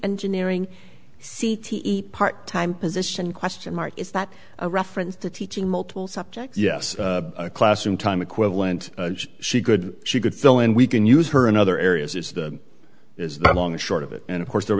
engineering c t e part time position question mark is that a reference to teaching multiple subjects yes classroom time equivalent she good she could fill in we can use her in other areas is that is the long and short of it and of course there